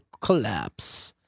collapse